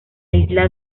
isla